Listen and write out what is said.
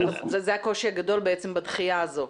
וזה הקושי הגדול בעצם בדחייה הזו,